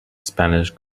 spanish